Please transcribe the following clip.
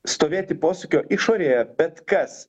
stovėti posūkio išorėje bet kas